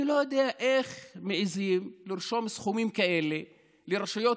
אני לא יודע איך מעיזים לרשום סכומים כאלה לרשויות